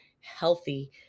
healthy